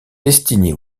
destiné